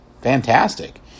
fantastic